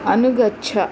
अनुगच्छ